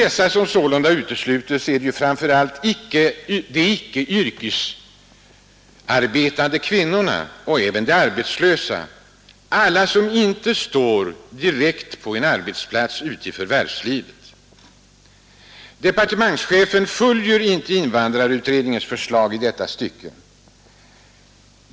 De som sålunda utesluts är framför allt de icke yrkesarbeundervisning för tande kvinnorna och även de arbetslösa — alla som inte står direkt på en invandrare arbetsplats ute i förvärvslivet. Departementschefen följer inte invandrar utredningens förslag i detta stycke.